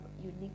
unique